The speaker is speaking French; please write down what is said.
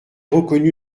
reconnu